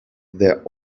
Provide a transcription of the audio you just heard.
there